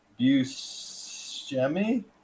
Buscemi